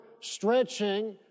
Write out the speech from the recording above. stretching